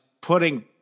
putting